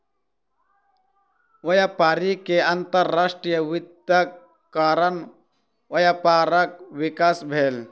व्यापारी के अंतर्राष्ट्रीय वित्तक कारण व्यापारक विकास भेल